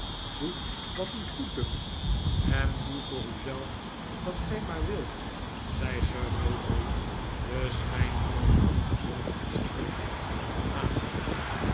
doe wat u goeddunkt en doe voor u zelf wat ge maar wilt zei sir mulberry den schijn van een ongedwongen inschikkelijkheid aannemend